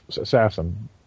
assassin